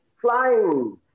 flying